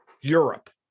Europe